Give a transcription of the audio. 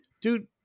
dude